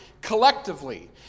collectively